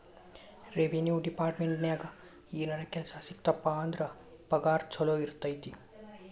revenue ಡೆಪಾರ್ಟ್ಮೆಂಟ್ನ್ಯಾಗ ಏನರ ಕೆಲ್ಸ ಸಿಕ್ತಪ ಅಂದ್ರ ಪಗಾರ ಚೊಲೋ ಇರತೈತಿ